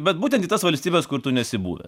bet būtent į tas valstybes kur tu nesi buvęs